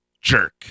Jerk